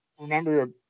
remember